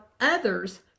others